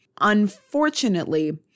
Unfortunately